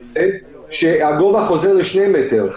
הגובה חוזר לשני מטר.